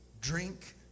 drink